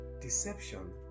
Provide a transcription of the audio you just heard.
deception